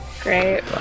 Great